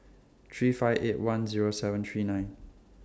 three five eight one Zero seven three nine